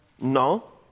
No